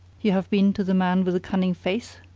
have been to the man with the cunning face?